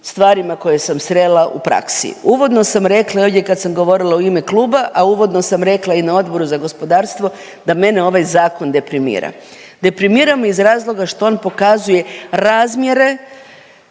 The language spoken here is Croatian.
stvarima koje sam srela u praksi. Uvodno sam rekla ovdje kad sam govorila u ime kluba, a uvodno sam rekla i na Odboru za gospodarstvo da mene ovaj zakon deprimira. Deprimira me iz razloga što on pokazuje razmjere